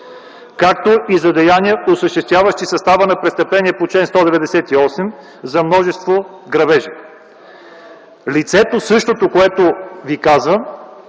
както и за деяния, осъществяващи състава на престъпление по чл. 198 – за множество грабежи. Лицето, за което Ви казвам,